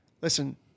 listen